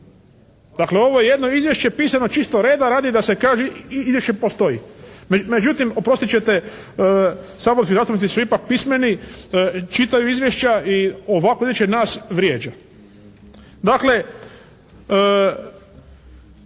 Dakle ovo je jedno izvješće pisano čisto reda radi da se kaže izvješće postoji. Međutim oprostit ćete, saborski zastupnici su ipak pismeni, čitaju izvješća i ovakvo izvješće nas vrijeđa. Dakle